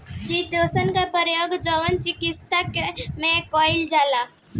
chitosan के प्रयोग जैव चिकित्सा में कईल जाला